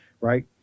right